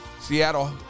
Seattle